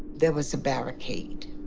there was a barricade.